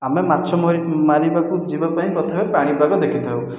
ଆମେ ମାଛ ମରି ମାରିବାକୁ ଯିବାପାଇଁ ପ୍ରଥମେ ପାଣିପାଗ ଦେଖିଥାଉ